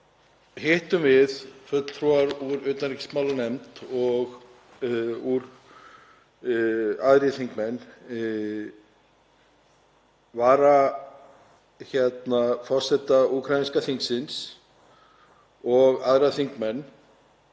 hittum við, fulltrúar úr utanríkismálanefnd, og aðrir þingmenn varaforseta úkraínska þingsins og aðra þingmenn